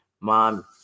mom